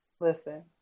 listen